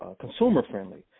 consumer-friendly